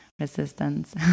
resistance